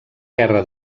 guerra